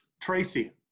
Tracy